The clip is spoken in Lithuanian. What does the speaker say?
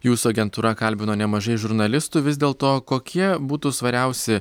jūsų agentūra kalbino nemažai žurnalistų vis dėlto kokie būtų svariausi